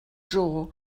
dro